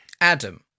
Adam